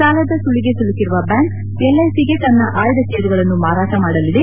ಸಾಲದ ಸುಳಿಗೆ ಸಿಲುಕಿರುವ ಬ್ಯಾಂಕ್ ಎಲ್ಐಸಿಗೆ ತನ್ನ ಆಯ್ದ ಷೇರುಗಳನ್ನು ಮಾರಾಟ ಮಾಡಲಿದೆ